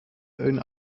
own